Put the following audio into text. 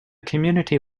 community